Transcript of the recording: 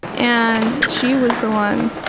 and she was the one,